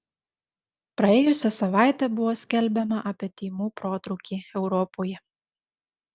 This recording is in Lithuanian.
praėjusią savaitę buvo skelbiama apie tymų protrūkį europoje